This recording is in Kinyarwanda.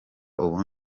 ubu